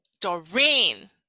Doreen